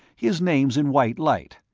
his name's in white light.